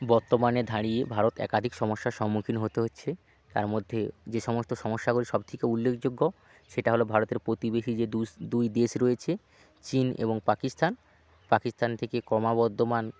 বর্তমানে দাঁড়িয়ে ভারত একাধিক সমস্যার সম্মুখীন হতে হচ্ছে তার মধ্যে যে সমস্ত সমস্যাগুলি সবথেকে উল্লেখযোগ্য সেটা হলো ভারতের প্রতিবেশী যে দুই দেশ রয়েছে চীন এবং পাকিস্তান পাকিস্তান থেকে ক্রমবর্ধমান